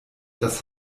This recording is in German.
das